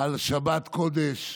על שבת קודש,